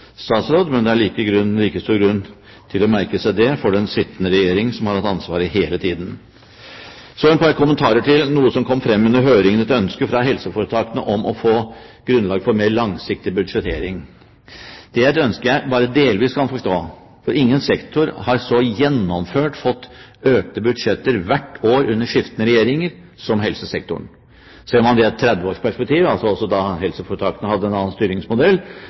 statsråd, men det er like stor grunn til å merke seg dette for den sittende regjering, som har hatt ansvaret hele tiden. Så et par kommentarer til noe som kom frem under høringen etter ønske fra helseforetakene, om å få grunnlag for en mer langsiktig budsjettering. Det er et ønske jeg bare delvis kan forstå, for ingen sektor har så gjennomført fått økte budsjetter hvert år, under skiftende regjeringer, som helsesektoren. Ser man det i et 30-årsperspektiv – altså også da helseforetakene hadde en annen styringsmodell